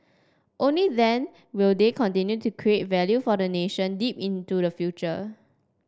only then will they continue to create value for the nation deep into the future